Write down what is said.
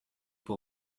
pour